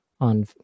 on